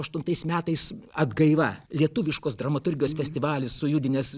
aštuntais metais atgaiva lietuviškos dramaturgijos festivalis sujudinęs